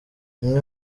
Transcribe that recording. imwe